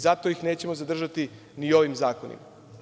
Zato ih nećemo zadržati ovim zakonima.